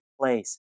place